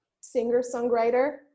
singer-songwriter